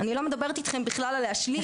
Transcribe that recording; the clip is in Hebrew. אני לא מדברת איתכם בכלל על השלמה.